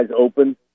open